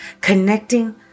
connecting